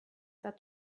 that